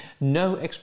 no